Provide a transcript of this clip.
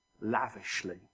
lavishly